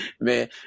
man